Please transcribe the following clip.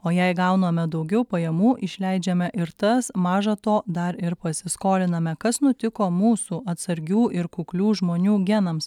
o jei gauname daugiau pajamų išleidžiame ir tas maža to dar ir pasiskoliname kas nutiko mūsų atsargių ir kuklių žmonių genams